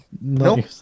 No